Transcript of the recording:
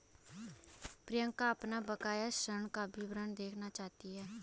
प्रियंका अपना बकाया ऋण का विवरण देखना चाहती है